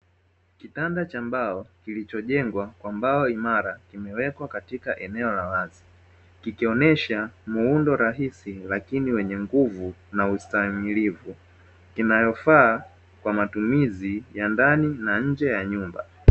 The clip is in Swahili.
Kitanda cha mbao kilichojengwa kwa mbao imara imewekwa katika eneo la wazi, kikionesha muundo rahisi lakini wenye nguvu na ustahimilivu inayofaa kwa matumizi ya ndani na nje ya nyumba.